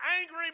angry